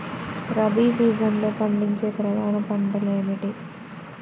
రబీ సీజన్లో పండించే ప్రధాన పంటలు ఏమిటీ?